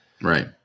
Right